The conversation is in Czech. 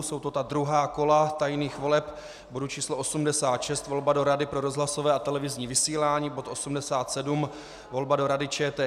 Jsou to druhá kola tajných voleb, bod č. 86, volba do Rady pro rozhlasové a televizní vysílání, a bod č. 87, volba do Rady ČTK.